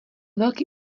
velký